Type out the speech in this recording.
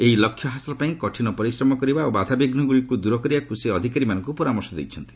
ଏହି ଲକ୍ଷ୍ୟ ହାସଲ ପାଇଁ କଠିନ ପରିଶ୍ରମ କରିବା ଓ ବାଧାବିଘ୍ନଗୁଡ଼ିକୁ ଦୂର କରିବାପାଇଁ ସେ ଅଧିକାରୀମାନଙ୍କୁ ପରାମର୍ଶ ଦେଇଛନ୍ତି